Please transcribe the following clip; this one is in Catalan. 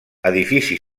edifici